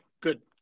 good